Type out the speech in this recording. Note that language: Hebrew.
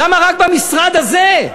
למה רק במשרד הזה?